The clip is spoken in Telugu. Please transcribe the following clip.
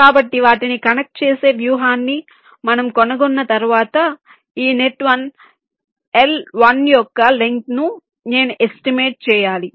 కాబట్టి వాటిని కనెక్ట్ చేసే వ్యూహాన్ని మనము కనుగొన్న తర్వాత ఈ నెట్ 1 L 1 యొక్క లెంగ్త్ ను నేను ఎస్టిమేట్ చేయాలి